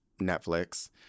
Netflix